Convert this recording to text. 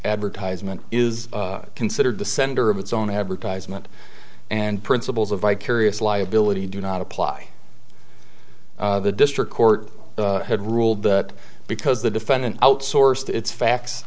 advertisement is considered the sender of its own advertisement and principles of vicarious liability do not apply the district court had ruled that because the defendant outsourced its facts